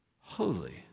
holy